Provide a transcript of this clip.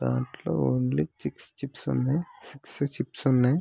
దాంట్లో only six chips ఉన్నాయి